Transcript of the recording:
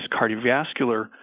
cardiovascular